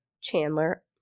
Chandler